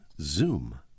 Zoom